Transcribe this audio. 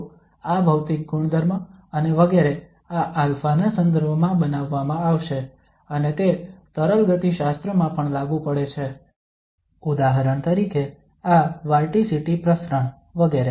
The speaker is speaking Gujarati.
તો આ ભૌતિક ગુણધર્મ અને વગેરે આ α ના સંદર્ભમાં બનાવવામાં આવશે અને તે તરલ ગતિશાસ્ત્રમાં પણ લાગુ પડે છે ઉદાહરણ તરીકે આ વાર્ટિસીટી પ્રસરણ વગેરે